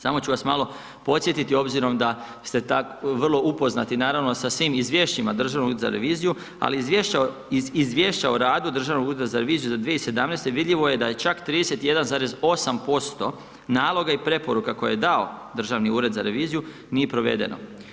Samo ću vas malo podsjetiti obzirom da ste vrlo upoznati, naravno s svim izvješćima Državnog ureda za reviziju, ali izvješće o radu Državnog ureda za reviziju za 2017. vidljivo je da je čak 31,8% naloga i preporuka koji je dao Državni ured za reviziju nije provedeno.